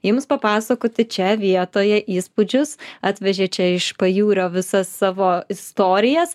jums papasakoti čia vietoje įspūdžius atvežė čia iš pajūrio visas savo istorijas